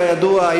כידוע,